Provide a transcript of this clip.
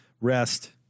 rest